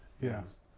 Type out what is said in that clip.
Yes